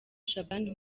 shaban